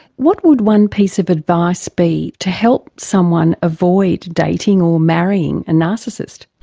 what would one piece of advice be to help someone avoid dating or marrying a narcissist?